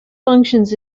functions